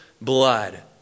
blood